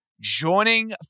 joining